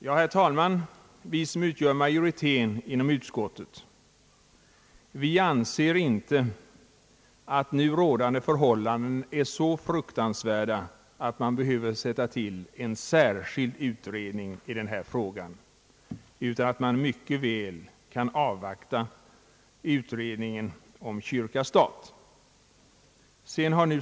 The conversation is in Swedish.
Ja, herr talman, vi som utgör majoriteten inom utskottet anser inte att nu rådande förhållanden är så fruktansvärda att man behöver sätta till en särskild utredning i denna fråga utan att man mycket väl kan avvakta utredningen kyrka—stat.